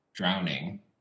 drowning